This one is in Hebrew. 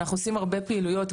אנחנו עושים הרבה פעילויות,